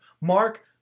Mark